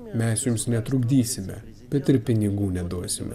mes jums netrukdysime bet ir pinigų neduosime